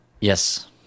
Yes